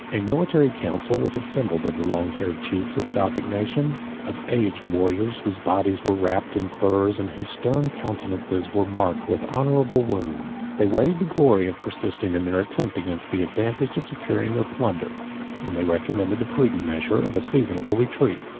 a military council was assembled of the long-haired chiefs of the gothic nation of aged warriors, whose bodies were wrapped in furs, and whose stern countenances were marked with honorable wounds. they weighed the glory of persisting in their attempt against the advantage of securing their plunder and they recommended the prudent measure of a seasonable retreat.